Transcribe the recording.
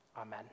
Amen